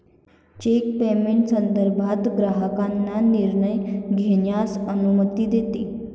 check payment संदर्भात ग्राहकांना निर्णय घेण्यास अनुमती देते